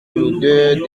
l’odeur